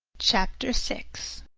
chapter six